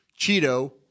Cheeto